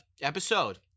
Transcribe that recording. episode